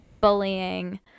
bullying